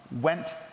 went